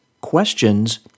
questions